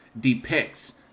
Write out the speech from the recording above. depicts